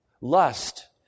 Lust